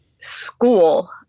school